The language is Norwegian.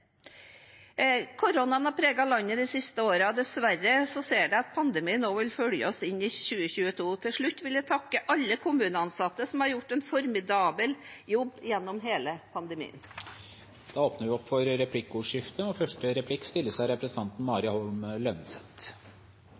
har preget landet de siste årene, og dessverre ser det ut til at pandemien også vil følge oss inn i 2022. Så til slutt vil jeg takke alle kommuneansatte, som har gjort en formidabel jobb gjennom hel pandemien.